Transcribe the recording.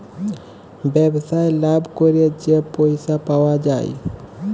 ব্যবসায় লাভ ক্যইরে যে পইসা পাউয়া যায়